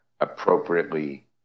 appropriately